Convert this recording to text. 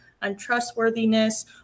untrustworthiness